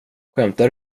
skämtar